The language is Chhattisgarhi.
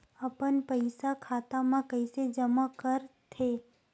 अपन पईसा खाता मा कइसे जमा कर थे?